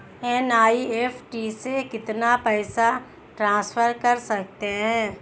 NEFT से कितना पैसा ट्रांसफर कर सकते हैं?